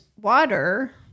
water